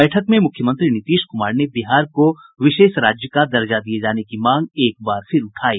बैठक में मुख्यमंत्री नीतीश कुमार ने बिहार को विशेष राज्य का दर्जा दिये जाने की मांग एक बार फिर उठायी